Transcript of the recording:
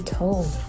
told